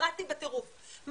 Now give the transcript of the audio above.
התפרעתי בטירוף,